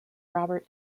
robert